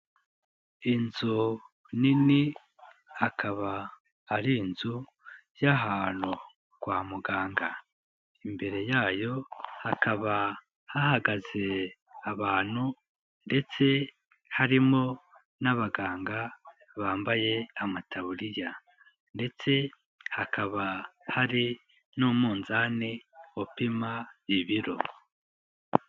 Inzu nini akaba ari inzu y'ahantu kwa muganga, imbere yayo hakaba hahagaze abantu ndetse harimo n'abaganga bambaye amataburiya, ndetse hakaba hari n'umunzani upima ibiro.